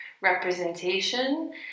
representation